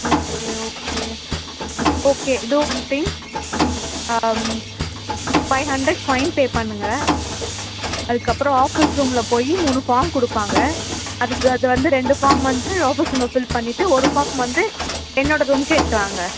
okay okay okay two one think five hundred fine pay பண்ணுங்கள் அதுக்கப்புறம் office ரூமில் போய் மூணு ஃபார்ம் கொடுப்பாங்க அதுக்கு அது வந்து ரெண்டு ஃபார்ம் வந்து ஆஃபிஸ் ரூமில் ஃபில் பண்ணிவிட்டு ஒரு ஃபார்ம் வந்து என்னோட ரூமுக்கு எடுத்துட்டு வாங்க